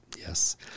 Yes